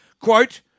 Quote